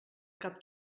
cap